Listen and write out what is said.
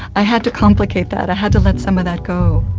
i had to complicate that, i had to let some of that go.